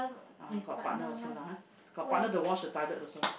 uh got partner also lah !huh! got partner to wash the toilet also lah